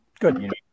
Good